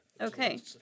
Okay